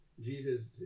Jesus